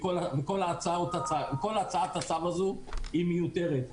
וכל הצעת הצו הזו היא מיותרת.